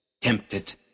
tempted